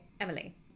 Emily